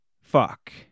Fuck